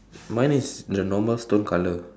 mine is the normal stone colour